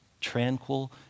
tranquil